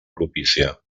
propícia